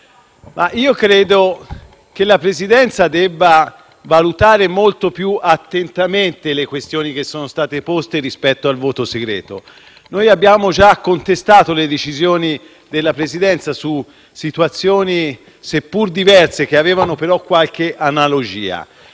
credo che la Presidenza debba valutare molto più attentamente le questioni che sono state poste rispetto al voto segreto. Abbiamo già contestato le decisioni della Presidenza su situazioni, seppur diverse, che avevano però qualche analogia.